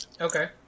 Okay